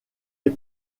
est